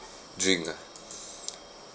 drink ah